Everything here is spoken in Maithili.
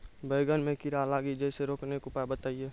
बैंगन मे कीड़ा लागि जैसे रोकने के उपाय बताइए?